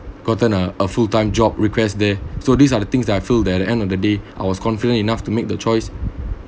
gotten a a full time job requests there so these are the things that I feel that at the end of the day I was confident enough to make the choice